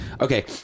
Okay